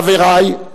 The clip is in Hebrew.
חברי,